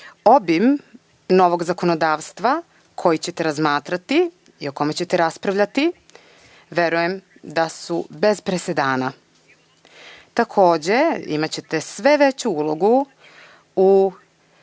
Obim novog zakonodavstva koji ćete razmatrati i o kome ćete raspravljati verujem da su bez presedana. Takođe, imaćete sve veću ulogu u